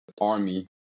army